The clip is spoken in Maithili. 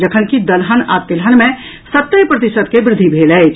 जखनकि दलहन आ तेलहन मे सत्तरि प्रतिशत के वृद्धि भेल अछि